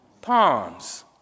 Pawns